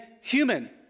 human